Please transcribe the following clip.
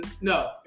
No